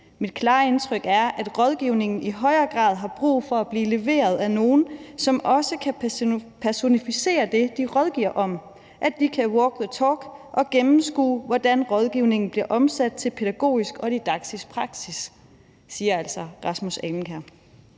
Mit klare indtryk er, at rådgivningen i højere grad har brug for at blive leveret af nogen, som også kan personificere det, de rådgiver om, at de kan walk the talk og gennemskue, hvordan rådgivningen bliver omsat til pædagogisk og didaktisk praksis. Det siger Rasmus Alenkær,